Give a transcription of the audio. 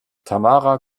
tamara